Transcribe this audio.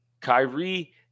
Kyrie